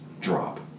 drop